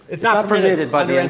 it's not permitted but and